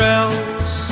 else